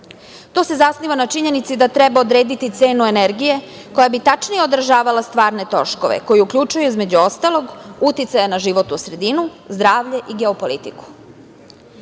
To se zasniva na činjenici da treba odrediti cenu energije koja bi tačnije održavala stvarne troškove, koji uključuju, između ostalog, uticaj na životnu sredinu, zdravlje i geopolitiku.